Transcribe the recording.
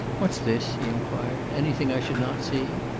what's this? he inquired. anything i should not see?